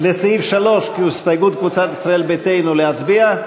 לסעיף 3, הסתייגות קבוצת ישראל ביתנו, להצביע?